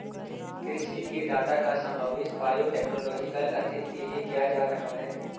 कृषि के डाटा का समावेश बायोटेक्नोलॉजिकल अध्ययन के लिए किया जा रहा है